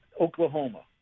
Oklahoma